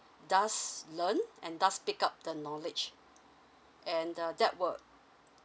does learn and does pick up the knowledge and uh that will